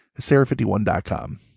Sarah51.com